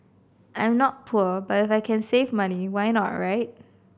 I'm not poor but if can save money why not right